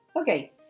Okay